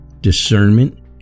discernment